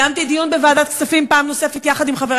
קיימתי דיון בוועדת הכספים פעם נוספת יחד עם חבר